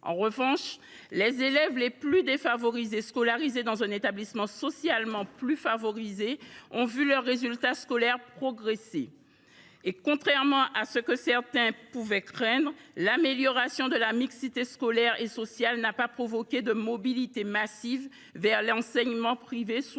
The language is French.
En revanche, ceux des élèves les plus défavorisés qui sont scolarisés dans un établissement socialement plus favorisé ont vu leurs résultats scolaires progresser. De plus, contrairement à ce que certains pouvaient craindre, l’amélioration de la mixité scolaire et sociale n’a pas entraîné une mobilité massive vers l’enseignement privé sous